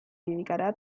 dedicará